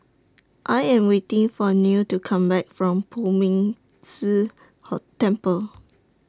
I Am waiting For Neal to Come Back from Poh Ming Tse Hall Temple